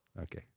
Okay